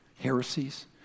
heresies